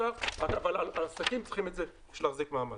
אבל העסקים צריכים את זה בשביל להחזיק מעמד.